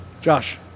Josh